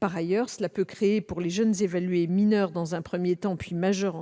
Par ailleurs, cela peut créer pour les jeunes, mineurs dans un premier temps puis majeurs,